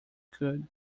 could